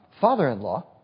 father-in-law